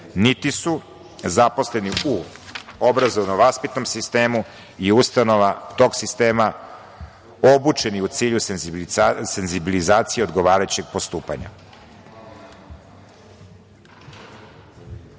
niti su zaposleni u obrazovno-vaspitnom sistemu i ustanovama tog sistema obučeni u cilju senzibilizacije odgovarajućeg